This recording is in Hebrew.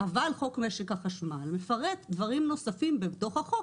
אבל חוק משק החשמל מפרט דברים נוספים בתוך החוק,